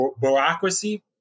bureaucracy